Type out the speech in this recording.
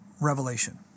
revelation